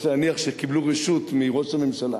יש להניח שקיבלו רשות מראש הממשלה,